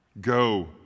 Go